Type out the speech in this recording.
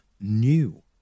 new